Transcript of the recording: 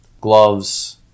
gloves